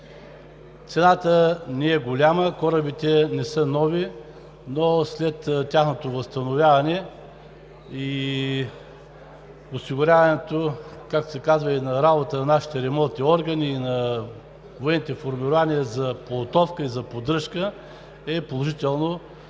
Цената не е голяма. Корабите не са нови. Тяхното възстановяване и осигуряването на работа на нашите ремонтни органи и на военните формирования за подготовка и за поддръжка е положително